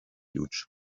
huge